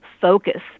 focus